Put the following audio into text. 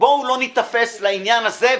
בואו לא ניתפס לעניין הזה.